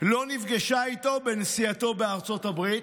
לא נפגשה איתו בנסיעתו לארצות הברית,